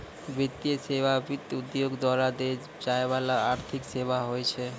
वित्तीय सेवा, वित्त उद्योग द्वारा दै जाय बाला आर्थिक सेबा होय छै